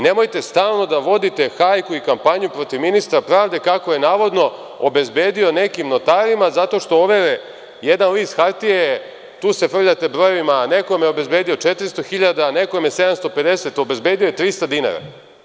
Nemojte stalno da vodite hajku i kampanju protiv ministra pravde kako je navodno obezbedio nekim notarima zato što overe jedan list hartije, tu se frljate brojevima, nekome obezbedio 400.000, nekome 750.000, a obezbedio je 300 dinara.